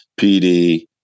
PD